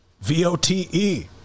v-o-t-e